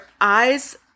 eyes